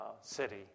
city